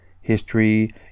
history